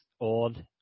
old